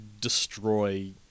destroy